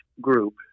group